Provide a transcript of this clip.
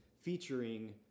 featuring